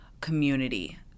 community